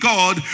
God